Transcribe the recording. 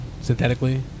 synthetically